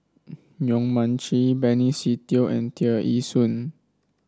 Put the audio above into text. Yong Mun Chee Benny Se Teo and Tear Ee Soon